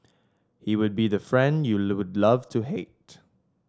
he would be the friend you would love to hate